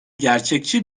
gerçekçi